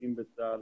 שמשרתים בצה"ל.